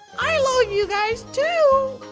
i love you guys too!